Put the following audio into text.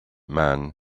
man